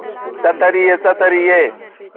ꯆꯠꯊꯔꯤꯌꯦ ꯆꯠꯊꯔꯤꯌꯦ